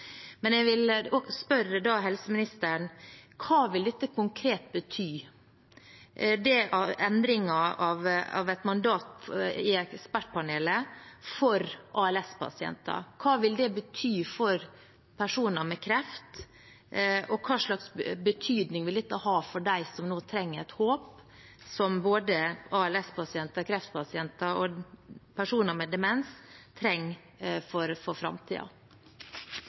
Jeg vil spørre helseministeren: Hva vil denne endringen av et mandat i ekspertpanelet konkret bety for ALS-pasienter? Hva vil det bety for personer med kreft? Og hva slags betydning vil dette ha for dem som nå trenger et håp – som både ALS-pasienter, kreftpasienter og personer med demens trenger for framtiden? Som representanten var inne på, er det et sterkt engasjement i veldig mange pasientgrupper for